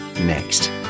next